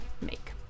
make